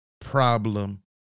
problem